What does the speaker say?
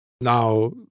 Now